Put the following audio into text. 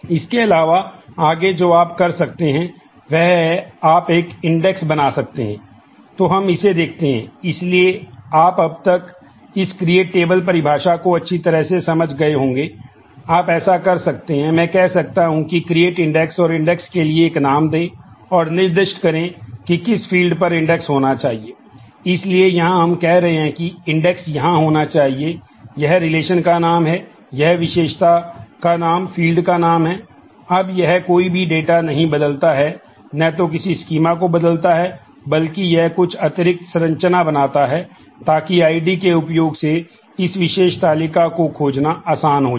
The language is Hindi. इसके अलावा आगे जो आप कर सकते हैं वह है आप एक इंडेक्स के उपयोग से इस विशेष तालिका को खोजना आसान हो जाए